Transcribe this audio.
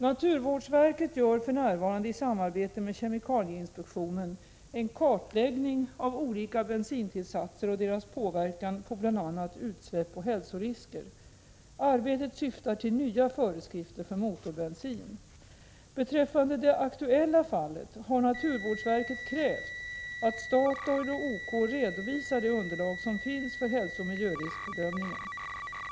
Naturvårdsverket gör för närvarande i samarbete med kemikalieinspektionen en kartläggning av olika bensintillsatser och deras påverkan på bl.a. utsläpp och hälsorisker. Arbetet syftar till nya föreskrifter för motorbensin. Beträffande det aktuella fallet har naturvårdsverket krävt att Statoil och OK redovisar det underlag som finns för hälsooch miljöriskbedömningen.